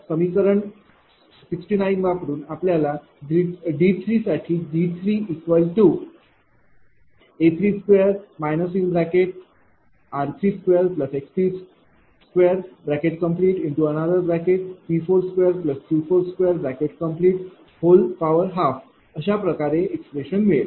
समीकरण 69 पासून आपल्याला D साठी D3A23 r23x2P24Q2412 अशाप्रकारे एक्सप्रेशन मिळेल